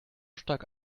stark